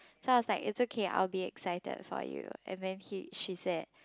so I was like it's okay I'll be excited for you and then he she said